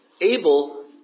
Abel